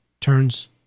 turns